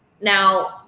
Now